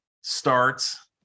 starts